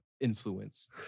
influence